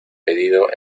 pedido